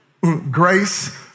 grace